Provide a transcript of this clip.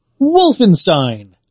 Wolfenstein